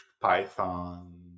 Python